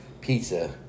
pizza